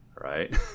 right